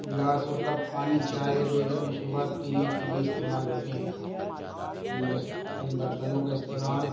glass اور cup پانی چائے یا دیگر مشروبات پینے کے لیے استعمال ہوتے ہیں ان بست ان برتنوں کا استعمال